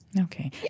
okay